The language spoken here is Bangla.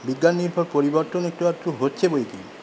বিজ্ঞান নির্ভর পরিবর্তন একটু আধটু হচ্ছে বৈকি